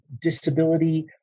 disability